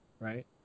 right